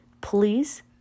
Please